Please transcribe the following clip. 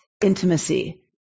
intimacy